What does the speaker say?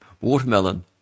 Watermelon